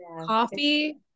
Coffee